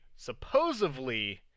supposedly